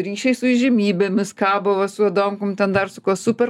ryšiai su įžymybėmis kabo va su adamkum ten dar su kuo super